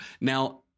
Now